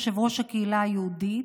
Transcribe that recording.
יושב-ראש הקהילה היהודית,